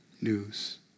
news